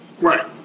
right